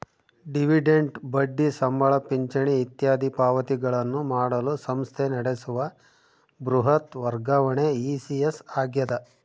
dividend ಬಡ್ಡಿ ಸಂಬಳ ಪಿಂಚಣಿ ಇತ್ಯಾದಿ ಪಾವತಿಗಳನ್ನು ಮಾಡಲು ಸಂಸ್ಥೆ ನಡೆಸುವ ಬೃಹತ್ ವರ್ಗಾವಣೆ ಇ.ಸಿ.ಎಸ್ ಆಗ್ಯದ